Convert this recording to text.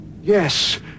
Yes